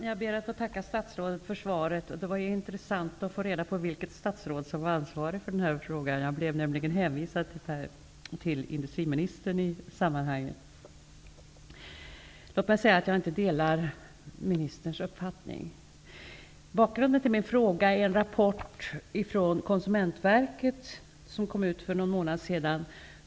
Jag ber att få tacka statsrådet för svaret. Det var intressant att få reda på vilket statsråd som var ansvarig för den här frågan. Jag blev nämligen hänvisad till industriministern. Bakgrunden till min fråga är en rapport från Konsumentverket som kom ut för någon månad sedan.